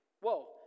Whoa